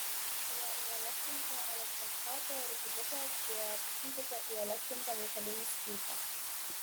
prie įelektrinto elektroskopo rutuliuko priartinkite įelektrintą metalinį strypą